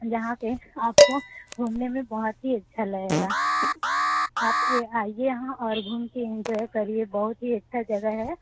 यहाँ पे आपको घूमने में बहुत ही अच्छा लगेगा आप भी आईये यहाँ और घूमके करिए यहाँ बहुत ही अच्छा जगह है